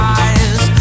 eyes